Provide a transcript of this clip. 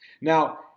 Now